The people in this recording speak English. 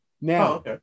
Now